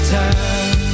time